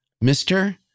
Mister